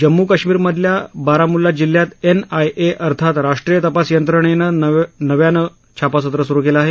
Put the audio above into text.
जम्मू काश्मिरमधल्या बारामुल्ला जिल्ह्यात N I A अर्थात राष्ट्रीय तपास यंत्रणेनं नव्यानं छापा सत्र सुरु केलं आहे